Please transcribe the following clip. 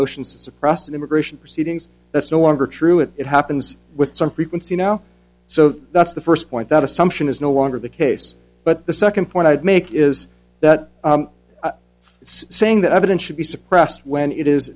motions to suppress immigration proceedings that's no longer true and it happens with some frequency now so that's the first point that assumption is no longer the case but the second point i'd make is that it's saying that evidence should be suppressed when it is